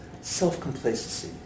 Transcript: Self-complacency